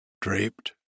draped